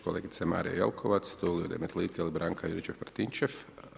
Kolegica Marija Jelkovac, Tulio Demetlika ili Branka Juričev Martinčev?